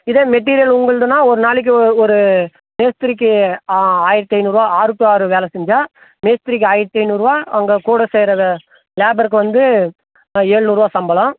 இதே மெட்டீரியல் உங்களுதுன்னா ஒரு நாளைக்கு ஒரு மேஸ்திரிக்கு ஆயரத்து ஐநூறுவா ஆறு டூ ஆறு வேலை செஞ்சா மேஸ்திரிக்கு ஆயரத்து ஐநூறுவா அவங்க கூட செய்கிற லேபருக்கு வந்து ஏழு நூறுவா சம்பளம்